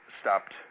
stopped